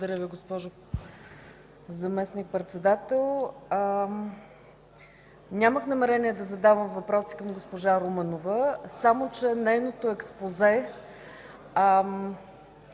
Благодаря, госпожо заместник-председател. Нямах намерение да задавам въпроси към госпожа Руменова, само че нейното експозе